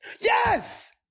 Yes